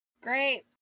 Great